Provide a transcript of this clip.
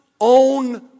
own